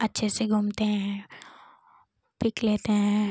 अच्छे से घूमते हैं पिक लेते हैं